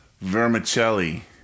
vermicelli